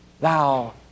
thou